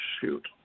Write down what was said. shoot